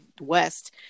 West